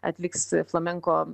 atliks flamenko